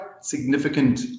significant